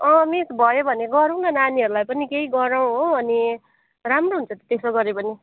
अँ मिस भयो भने गरौँ न नानीहरूलाई पनि केही गराउँ हो अनि राम्रो हुन्छ त्यसो गऱ्यो भने